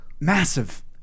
Massive